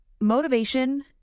motivation